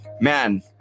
man